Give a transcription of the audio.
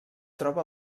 troba